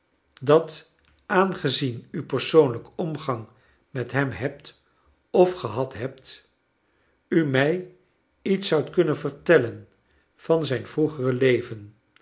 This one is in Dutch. dat aangezien u persoonlijk omgang met hem hebt of gehad hebt u mij iets zoudt kunnen vertellen van zijn vroegere leven